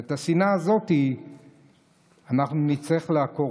ואת השנאה הזאת אנחנו נצטרך לעקור.